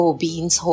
beans